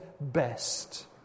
best